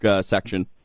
section